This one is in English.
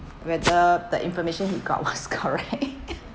whether the information he got was correct